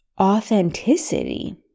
authenticity